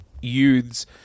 youths